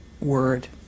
word